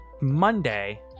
Monday